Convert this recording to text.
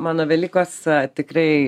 mano velykos tikrai